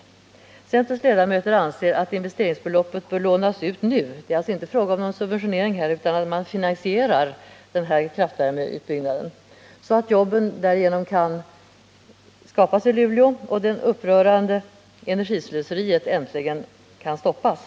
Centerns ledamöter anser att investeringsbeloppet bör lånas ut nu — det är alltså inte fråga om någon subventionering utan bara om en finansiering av denna kraftvärmeutbyggnad — så att jobb skapas i Luleå och det upprörande energislöseriet äntligen kan stoppas.